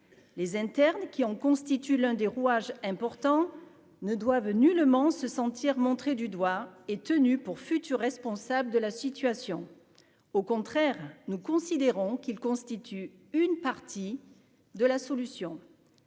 les internes qui en constitue l'un des rouages important ne doivent nullement se sentir montré du doigt et tenu pour futur responsable de la situation, au contraire, nous considérons qu'il constitue une partie de la solution